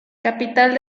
capital